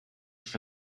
for